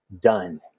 done